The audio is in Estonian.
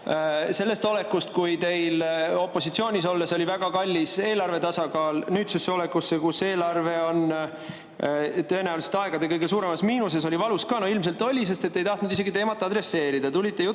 sellest olekust, kui teile opositsioonis olles oli väga kallis eelarve tasakaal, nüüdsesse olekusse, kus eelarve on tõenäoliselt aegade kõige suuremas miinuses, oli ka valus. No ilmselt oli, sest te ei tahtnud seda teemat isegi adresseerida.